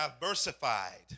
diversified